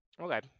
Okay